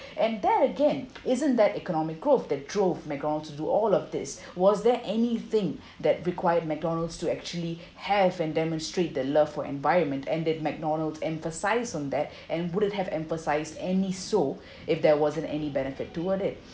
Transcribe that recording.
and that again isn't that economic growth that drove McDonald's to do all of this was there anything that required McDonald's to actually have and demonstrate the love for environment and that McDonald's emphasise on that and would have emphasised any so if there wasn't any benefit toward it